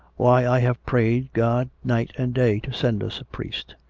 why, i have prayed god night and day to send us a priest.